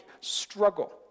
struggle